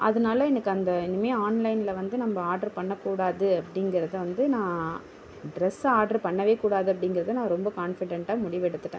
அதனால எனக்கு அந்த இனிமே ஆன்லைனில் வந்து நம்ப ஆட்ரு பண்ணக்கூடாது அப்படிங்கிறத வந்து நான் ட்ரெஸ் ஆட்ரு பண்ணவே கூடாது அப்படிங்கிறத நான் ரொம்ப கான்ஃபிடெண்ட்டாக முடிவெடுத்துவிட்டேன்